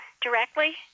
directly